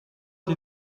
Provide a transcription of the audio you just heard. des